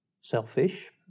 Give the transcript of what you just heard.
selfish